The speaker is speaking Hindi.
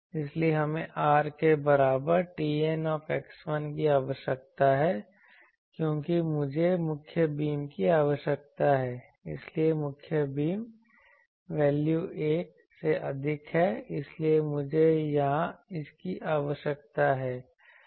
इसलिए हमें R के बराबर TN की आवश्यकता है क्योंकि मुझे मुख्य बीम की आवश्यकता है इसलिए मुख्य बीम वैल्यू1 से अधिक है इसलिए मुझे यहां इसकी आवश्यकता है